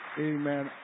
amen